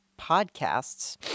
Podcasts